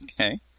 Okay